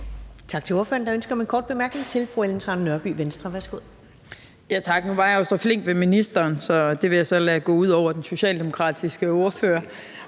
Tak til ordføreren. Der er ønske om en kort bemærkning fra fru Ellen Trane Nørby, Venstre. Værsgo. Kl. 15:02 Ellen Trane Nørby (V): Tak. Nu var jeg jo så flink ved ministeren, og det vil jeg så lade gå ud over den socialdemokratiske ordfører